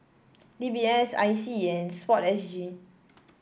D B S I C and sport S G